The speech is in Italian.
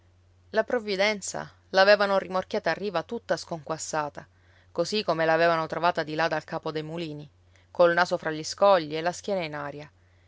la provvidenza l'avevano rimorchiata a riva tutta sconquassata così come l'avevano trovata di là dal capo dei mulini col naso fra gli scogli e la schiena in aria